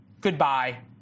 goodbye